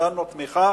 ונתנו תמיכה